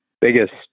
biggest